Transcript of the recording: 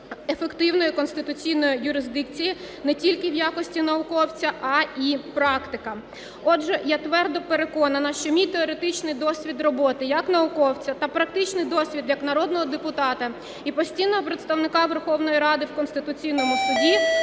ефективної конституційної юрисдикції не тільки в якості науковця, а і практика. Отже, я твердо переконана, що мій теоретичний досвід роботи як науковця та практичний досвід як народного депутата і постійного представника Верховної Ради в Конституційному Суді